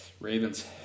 Ravens